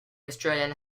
australian